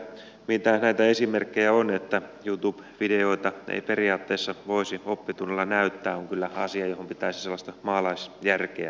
mitä näitä esimerkkejä on että youtube videoita ei periaatteessa voisi oppitunnilla näyttää se on kyllä asia johon pitäisi sellaista maalaisjärkeä saada